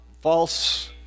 false